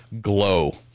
glow